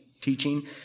teaching